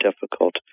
difficult